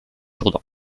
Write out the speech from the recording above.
jourdan